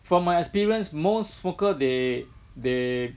from my experience most smoker they they